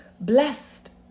Blessed